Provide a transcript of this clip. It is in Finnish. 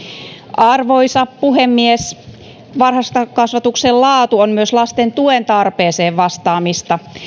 arvoisa puhemies varhaiskasvatuksen laatu on myös lasten tuen tarpeeseen vastaamista